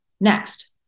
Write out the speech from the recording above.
next